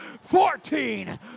fourteen